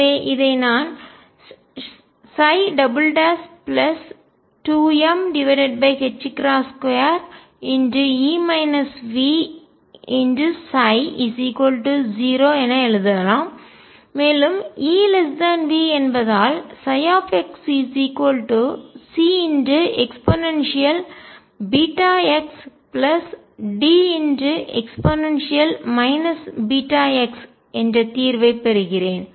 எனவே இதை நான் 2m2E Vψ0 என எழுதலாம் மேலும் E V என்பதால் xCeβxDe βx என்ற தீர்வைப் பெறுகிறேன்